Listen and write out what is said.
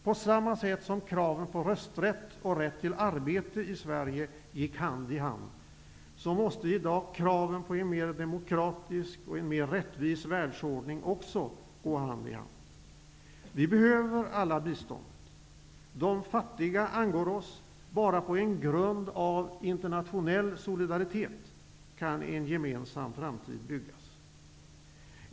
På samma sätt som kraven på rösträtt och rätt till arbete gick hand i hand i Sverige måste i dag kraven på en mer demokratisk och rättvis världsordning också gå hand i hand. Vi behöver alla biståndet. Det fattiga angår oss. Bara på en grund av internationell solidaritet kan en gemensam framtid byggas.